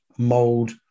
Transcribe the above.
mold